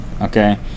Okay